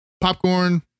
Popcorn